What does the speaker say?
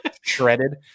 shredded